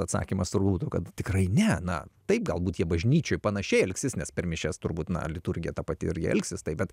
atsakymas turbūt būtų kad tikrai ne na taip galbūt jie bažnyčioj panašiai elgsis nes per mišias turbūt na liturgija ta pati ir jie elgsis taip bet